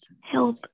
help